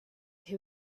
who